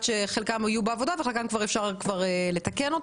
שחלקם יהיו בעבודה וחלקם אפשר לתקן.